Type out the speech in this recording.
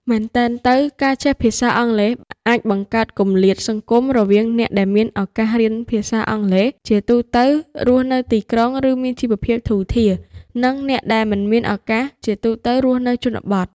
មែនទែនទៅ ការចេះភាសាអង់គ្លេសអាចបង្កើតគម្លាតសង្គមរវាងអ្នកដែលមានឱកាសរៀនភាសាអង់គ្លេស (ជាទូទៅរស់នៅទីក្រុង ឬមានជីវភាពធូរធារ) និងអ្នកដែលមិនមានឱកាស (ជាទូទៅរស់នៅជនបទ)។